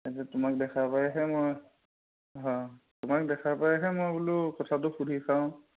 তাৰপিছত তোমাক দেখা পাইহে মই হয় তোমাক দেখা পাইহে মই বোলো কথাটো সুধি চাওঁ